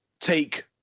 take